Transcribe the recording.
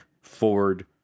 Ford